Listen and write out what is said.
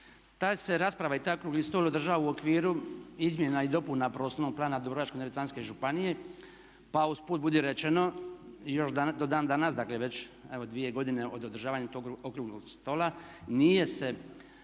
Ta se rasprava i taj okrugli stol održao u okviru izmjena i dopuna prostornog plana Dubrovačko-neretvanske županije pa usput budi rečeno još do dan danas dakle već evo dvije godine od održavanja tog okruglog stola nije se